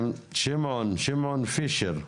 לשמעון פישר.